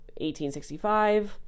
1865